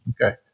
Okay